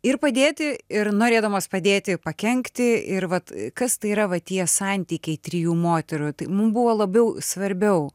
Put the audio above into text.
ir padėti ir norėdamos padėti pakenkti ir vat kas tai yra va tie santykiai trijų moterų tai mum buvo labiau svarbiau